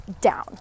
down